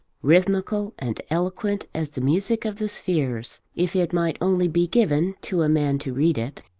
rhythmical and eloquent as the music of the spheres, if it might only be given to a man to read it.